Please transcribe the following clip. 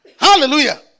Hallelujah